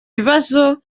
bibazo